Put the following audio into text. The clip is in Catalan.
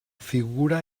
figura